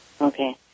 Okay